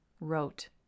wrote